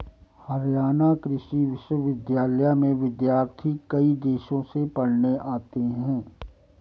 हरियाणा कृषि विश्वविद्यालय में विद्यार्थी कई देशों से पढ़ने आते हैं